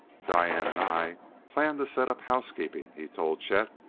diane and i plan to set up housekeeping he told chet,